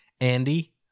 Andy